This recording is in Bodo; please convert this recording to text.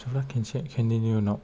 सफ्था खेनसे खेननैनि उनाव